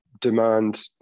demand